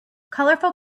colorful